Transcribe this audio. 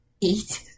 Eat